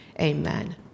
Amen